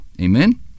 Amen